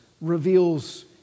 reveals